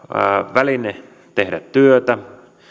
väline tehdä työtä